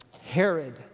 Herod